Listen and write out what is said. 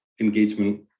engagement